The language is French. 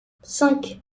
cinq